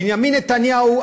בנימין נתניהו,